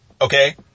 Okay